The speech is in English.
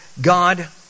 God